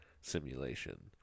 simulation